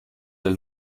del